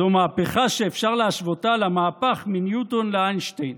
זו מהפכה שאפשר להשוותה למהפך מניוטון לאיינשטיין.